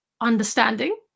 understanding